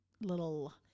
little